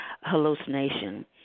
hallucination